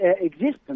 existence